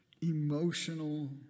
emotional